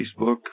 Facebook